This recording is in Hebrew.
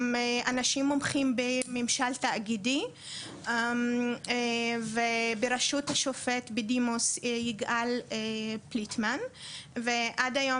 אנשים מומחים בממשל תאגידי ובראשות השופט בדימוס יגאל פליטמן ועד היום